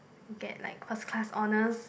you get like first class honours